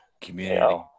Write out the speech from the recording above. Community